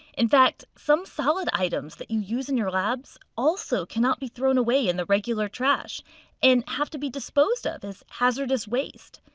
in fact, some solid items that you use in your labs also cannot be thrown away in the regular trash and have to be disposed of as hazardous waste.